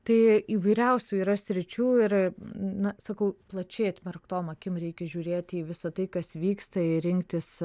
tai įvairiausių yra sričių ir na sakau plačiai atmerktom akim reikia žiūrėti į visa tai kas vyksta ir rinktis